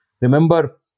remember